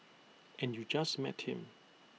and you just met him